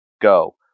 go